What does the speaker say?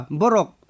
borok